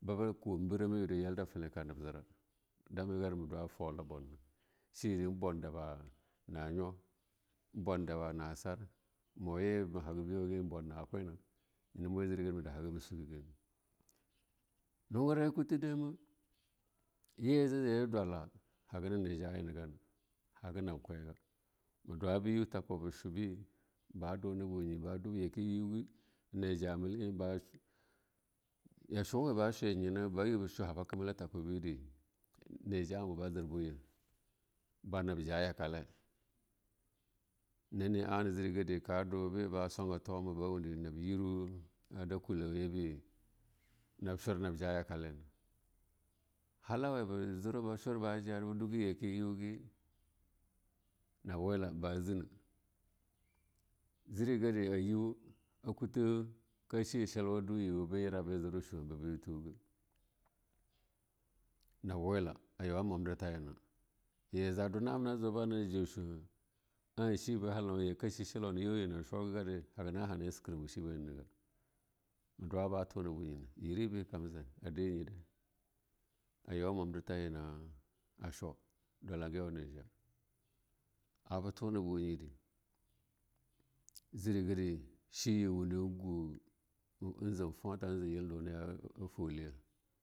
Babe kuwa berama niyude yal da tenanka najera she yede bwan daba'a na nyulu en bulan daba'a na sar muye ma haga biyoge mu bulan na nakwa iyena muye jere gare ma dahaga ma sugegana, hungurai kufu dama yeh tai dwala haga na nyeja'a yena haga namb kwaga ma dwa be yu tako be shube, ba dene bunye, ba dube yake be yiu ne ja'a mugi be ya shuwa ba chuna nyina ba yiwo ba shula habaka mina taku bide nye ja'a abu ba girbo yeh ba nab jan yakalah nane anah jede gare ka dala be ba sunga toma. Ba wande nab yiruu a da kuleh eyi bi nab shuke na ja'a a yakala harauwe be jirare be shur ba jar be durga yake be yuge, nab wela ba jina, jire gare aju akutu ka shi shilula adowo yega be yera be jirido shi shu'a ba tuge, nab wela a yuwan mubdirta yina ye za'a dina anaba a jar ja chweh ah sheba halau ye ka she shu'ah na yuge she shelwa hana juge yina shuge gare yen haga nah halego eh a sakeramu a shiba yena ga, me daula ba welena ba tema bunyina yir yiba kam jai a denye dail ayowa enmadirta a yina chu ayiwa emmubdirta yina ar ba tuna bunyide zereare sheye a wende egwa en jan tuta en jan yel duna ya fuleye.